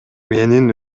менин